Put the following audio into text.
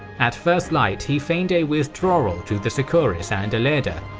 at first light, he feigned a withdrawal to the sicoris and ilerda,